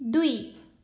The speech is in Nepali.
दुई